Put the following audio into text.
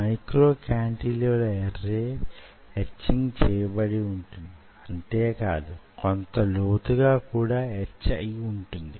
micro cantilever పైన అవి వొక సారి ఎదిగితే శక్తి యొక్క పరిధిని కొలవగలిగిన సెటప్ అభిస్తుంది